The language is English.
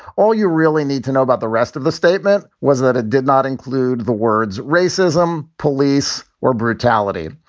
all you really need to know about the rest of the statement was that it did not include the words racism, police or brutality.